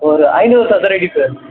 ஒரு ஐந்நூறு சதுரடி சார்